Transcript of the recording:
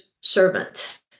servant